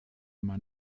man